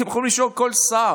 אתם יכולים לשאול כל שר,